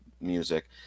music